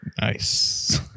Nice